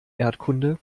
erdkunde